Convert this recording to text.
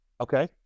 Okay